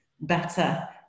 better